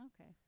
Okay